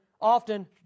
often